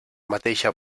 mateixa